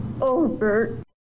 over